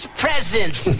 presents